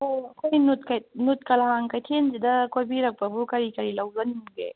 ꯑꯣ ꯑꯩꯈꯣꯏ ꯅꯨꯠ ꯀꯂꯥꯡ ꯀꯩꯊꯦꯜꯁꯤꯗ ꯀꯣꯏꯕꯤꯔꯛꯄꯕꯨ ꯀꯔꯤ ꯀꯔꯤ ꯂꯧꯖꯅꯤꯡꯒꯦ